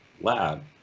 lab